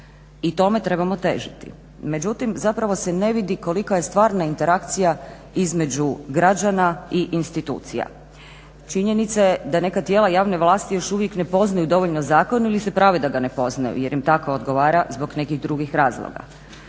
I tome trebamo težiti. Međutim, zapravo se ne vidi kolika je stvarna interakcija između građana i institucija. Činjenica je da neka tijela javne vlasti još uvijek ne poznaju dovoljno zakon ili se prave da ga ne poznaju jer im tako odgovara zbog nekih drugih razloga.